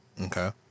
Okay